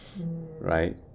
right